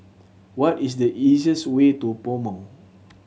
what is the easiest way to PoMo